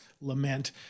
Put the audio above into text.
lament